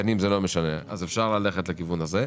ולקטנים זה לא משנה אז אפשר ללכת לכיוון הזה,